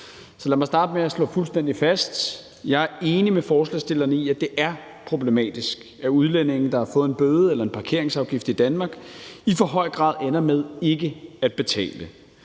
Lad mig starte med at slå fuldstændig fast, at jeg er enig med forslagsstillerne i, at det er problematisk, at udlændinge, der har fået en bøde eller en parkeringsafgift i Danmark, i for høj grad ender med ikke at betale.